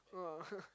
oh